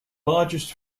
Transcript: largest